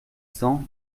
cents